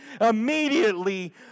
immediately